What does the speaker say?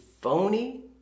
phony